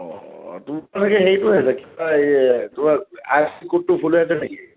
তোমালোকে হেৰিটো কি কয় আই এফ এছ চি ক'ডটো ভুল হৈ আছে নেকি